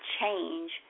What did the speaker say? change